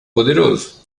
poderoso